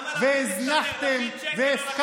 אדוני היושב-ראש, בבקשה לשמור